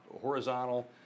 horizontal